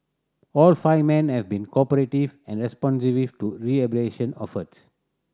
all five men have been cooperative and responsive to rehabilitation efforts